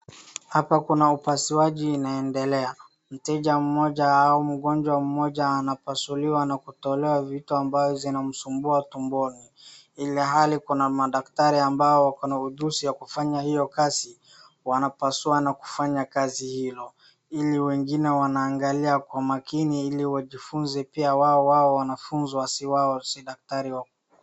Hapa kuna upasuaji unaendelea, mteja mmoja au mgonjwa mmoja anapasuliwa na kutolewa vitu ambazo zinamsumbua tumboni ilhali kuna madaktari ambao wako na ujusi wa kufanya hiyo kazi wanapasua na kufanya hiyo kazi ili wengine wanaangalia kwa makini ili wajifunze wawe pia wao wawe madakatari.